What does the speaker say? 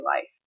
life